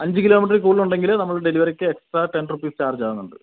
അഞ്ച് കിലോമീറ്റർ കൂടുതലുണ്ടെങ്കിൽ നമുക്ക് ഡെലിവറിക്ക് എക്സ്ട്രാ ടെൻ റുപ്പീസ് ചാർജ് ആകുന്നുണ്ട്